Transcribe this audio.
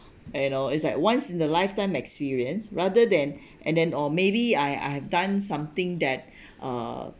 and all it's like once in a lifetime experience rather than and then or maybe I I've done something that uh